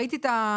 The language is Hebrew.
יש לי את המצגת.